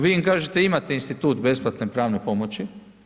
Vi im kažete imate institut besplatne pravne pomoći.